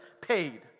paid